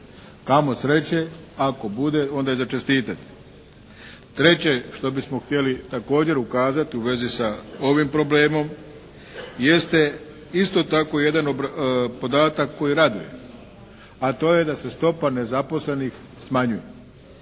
Kamo sreće ako bude, onda je za čestitati. Treće što bismo htjeli također ukazati u vezi sa ovim problemom, jeste isto tako jedan podatak koji raduje, a to je da se stopa nezaposlenih smanjuje